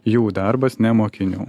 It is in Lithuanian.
jų darbas ne mokinių